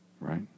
Right